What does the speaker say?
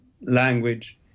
language